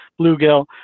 bluegill